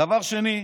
דבר שני,